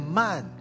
man